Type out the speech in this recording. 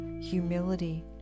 humility